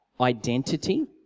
identity